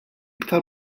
aktar